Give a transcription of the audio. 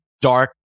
dark